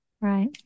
right